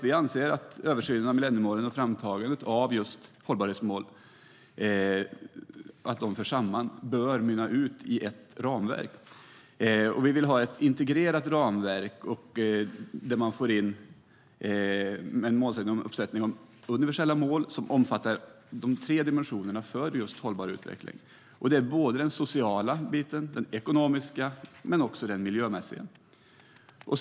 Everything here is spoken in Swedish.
Vi anser att översynen av millenniemålen och framtagandet av hållbarhetsmål ska föras samman och bör mynna ut i ett ramverk. Vi vill ha ett integrerat ramverk med en uppsättning universella mål som omfattar de tre dimensionerna för hållbar utveckling. Det är den sociala, den ekonomiska men också den miljömässiga.